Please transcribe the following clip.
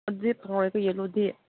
ꯑꯗꯨꯗꯤ ꯐꯪꯉꯣꯏꯀꯣ ꯌꯦꯜꯂꯣꯗꯤ